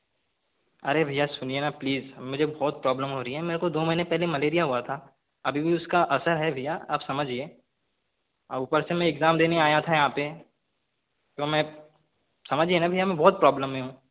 अरे भैया सुनिए ना प्लीज़ मुझे बहुत प्रॉब्लम हो रही है मेरे को दो महीने पहले मलेरिया हुआ था अभी भी उसका असर है भैया आप समझिए हाँ ऊपर से मैं एग्ज़ाम देने आया था यहाँ पे तो मैं समझिए न भैया मैं बहुत प्रॉब्लम में हूँ